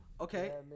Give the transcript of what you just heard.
Okay